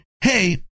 hey